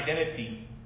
identity